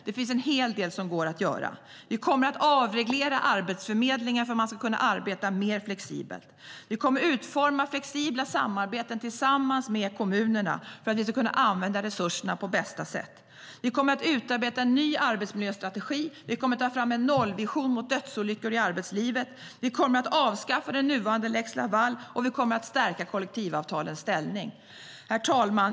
Det finns en hel del som går att göra. Herr talman!